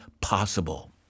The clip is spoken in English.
possible